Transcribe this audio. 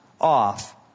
off